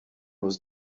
was